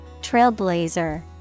Trailblazer